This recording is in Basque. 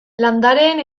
landareen